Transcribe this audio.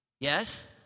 yes